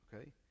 okay